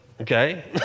Okay